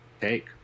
take